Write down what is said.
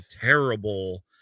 terrible